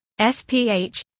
SPH